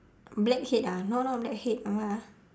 blackhead ah no no blackhead uh what ah